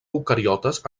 eucariotes